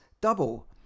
double